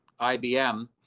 ibm